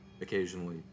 occasionally